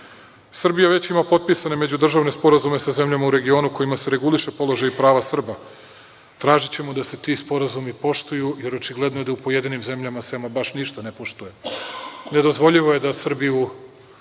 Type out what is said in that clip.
suseda. Srbija već ima potpisane međudržavne sporazume sa zemljama u regionu kojima se reguliše položaj prava Srba. Tražićemo da se ti sporazumi poštuju, jer očigledno je da se u pojedinim zemljama ama baš ništa ne poštuje. Ne dozvoljivo je da Srbi u